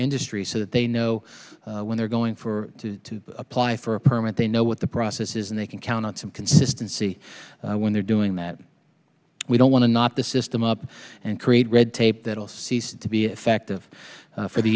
industry so that they know when they're going for to apply for a permit they know what the process is and they can count on some consistency when they're doing that we don't want to not the system up and create red tape that will cease to be effective for the